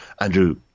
Andrew